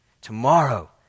tomorrow